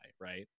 Right